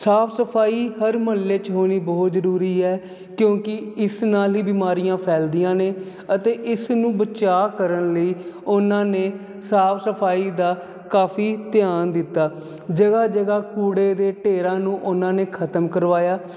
ਸਾਫ ਸਫਾਈ ਹਰ ਮਹੱਲੇ ਚ ਹੋਣੀ ਬਹੁਤ ਜਰੂਰੀ ਹੈ ਕਿਉਂਕਿ ਇਸ ਨਾਲ ਹੀ ਬਿਮਾਰੀਆਂ ਫੈਲਦੀਆਂ ਨੇ ਅਤੇ ਇਸ ਨੂੰ ਬਚਾਅ ਕਰਨ ਲਈ ਉਹਨਾਂ ਨੇ ਸਾਫ ਸਫਾਈ ਦਾ ਕਾਫੀ ਧਿਆਨ ਦਿੱਤਾ ਜਗ੍ਹਾ ਜਗ੍ਹਾ ਕੂੜੇ ਦੇ ਢੇਰਾਂ ਨੂੰ ਉਹਨਾਂ ਨੇ ਖਤਮ ਕਰਵਾਇਆ